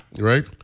right